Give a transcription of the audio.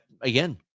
Again